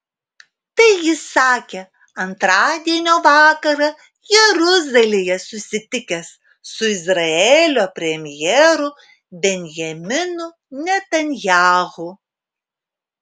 tai jis sakė antradienio vakarą jeruzalėje susitikęs su izraelio premjeru benjaminu netanyahu